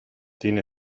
tiene